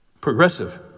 progressive